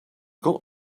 got